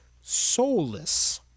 Soulless